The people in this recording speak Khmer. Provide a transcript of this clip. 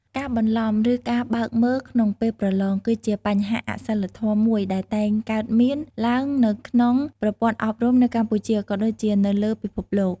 ការបន្លំ ឬការបើកមើលក្នុងពេលប្រឡង គឺជាបញ្ហាអសីលធម៌មួយដែលតែងកើតមានឡើងនៅក្នុងប្រព័ន្ធអប់រំនៅកម្ពុជា ក៏ដូចជានៅលើពិភពលោក។